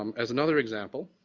um as another example,